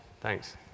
thanks